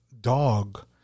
dog